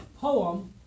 poem